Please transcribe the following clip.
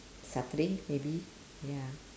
saturday maybe ya